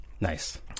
Nice